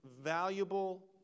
valuable